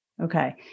Okay